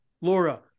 Laura